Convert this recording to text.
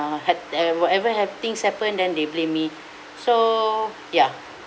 uh had uh whatever have things happen then they blame me so ya